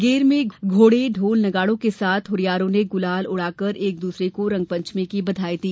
गेर में घोड़े ढोल नगाड़ों के साथ हुरियारों ने गुलाल उड़ाकर एक दूसरे को रंगपंचमी की बधाई दी